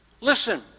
Listen